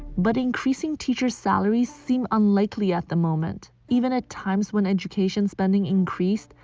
but increasing teacher salaries seem unlikely at the moment. even at times when education spending increased,